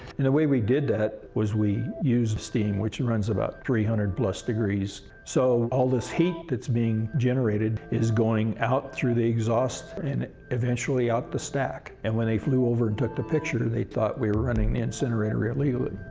and the way we did that was we used steam, which runs about three hundred plus degrees, so all this heat that's being generated is going out through the exhaust and eventually out the stack and when they flew over and took the picture, they thought we were running the incinerator illegally.